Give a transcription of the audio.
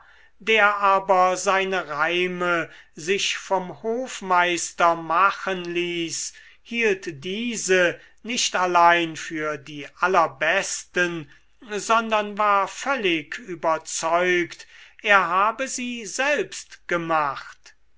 der aber seine reime sich vom hofmeister machen ließ hielt diese nicht allein für die allerbesten sondern war völlig überzeugt er habe sie selbst gemacht